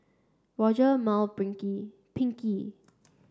Mal Pinkie